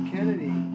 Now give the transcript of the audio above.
Kennedy